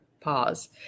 pause